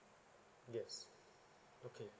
yes okay